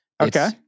Okay